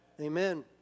amen